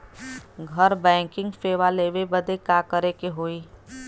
घर बैकिंग सेवा लेवे बदे का करे के होई?